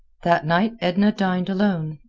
that night edna dined alone.